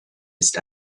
ist